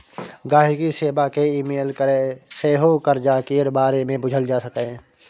गांहिकी सेबा केँ इमेल कए सेहो करजा केर बारे मे बुझल जा सकैए